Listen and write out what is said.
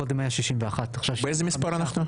קודם היה 61, עכשיו 65. באיזה מספר אנחנו?